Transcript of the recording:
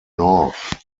north